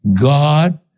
God